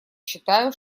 считаю